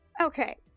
okay